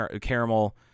caramel